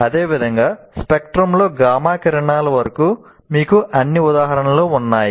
అదేవిధంగా స్పెక్ట్రంలో gamma కిరణాల వరకు మీకు అన్ని ఉదాహరణలు ఉన్నాయి